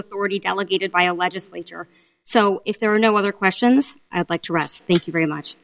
authority delegated by a legislature so if there are no other questions i'd like to rest thank you very much